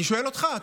אני שואל אותך.